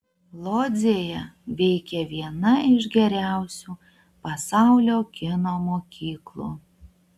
lodzėje veikia viena iš geriausių pasaulio kino mokyklų